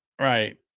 Right